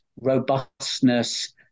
robustness